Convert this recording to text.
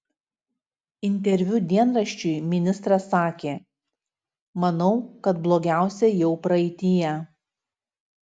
interviu dienraščiui ministras sakė manau kad blogiausia jau praeityje